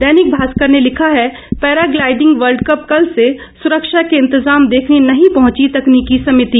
दैनिक भास्कर ने लिखा है पैराग्लाइडिंग वर्ल्डकप कल से सुरक्षा के इंतजाम देखने नहीं पहुंची तकनीकी समिति